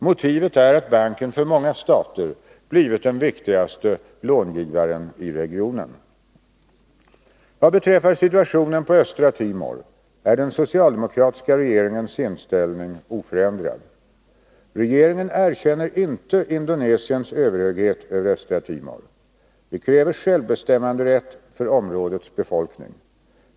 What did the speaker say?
Motivet är att banken för många stater blivit den viktigaste långivaren i regionen. Vad beträffar situationen på Östra Timor är den socialdemokratiska regeringens inställning oförändrad. Regeringen erkänner inte Indonesiens överhöghet över Östra Timor. Vi kräver självbestämmanderätt för områdets befolkning.